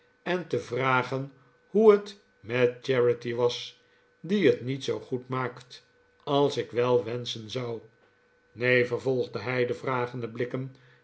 en te vragen hoe het met charity was die het niet zoo goed maakt als ik wel wenschen zou neen vervolgde hij de vragende blikken